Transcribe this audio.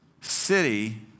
city